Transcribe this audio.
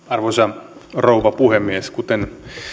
arvoisa rouva puhemies kuten